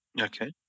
okay